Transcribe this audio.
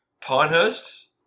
Pinehurst